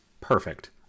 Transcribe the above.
perfect